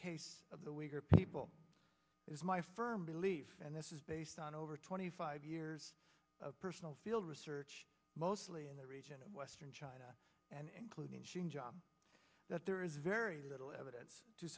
case of the waiver people is my firm belief and this is based on over twenty five years of personal field research mostly in the region of western china and including cian job that there is very little evidence to